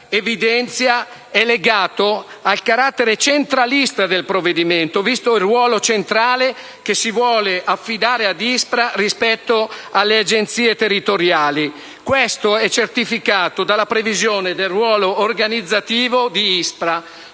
evidenzia è legato al carattere centralista del provvedimento, visto il ruolo centrale che si vuole affidare a ISPRA rispetto alle Agenzie territoriali. Questo è certificato dalla previsione del ruolo organizzativo di ISPRA